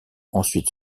ensuite